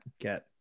get